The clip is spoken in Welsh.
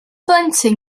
blentyn